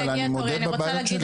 יש לי, אבל אני מודה בבעיות שלי.